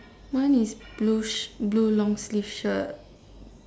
mine is blue s~ blue long sleeve shirt